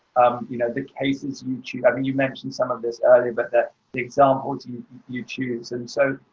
um, you know, the cases and you choose. i mean, you've mentioned some of this earlier, but that exam ot you choose. and so